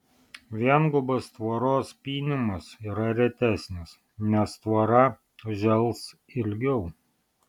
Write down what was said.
viengubas tvoros pynimas yra retesnis nes tvora žels ilgiau